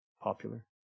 popular